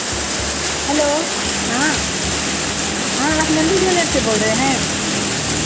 hello हाँ हाँ आप नन्दू ज्वेलर्स से बोल रहे हैं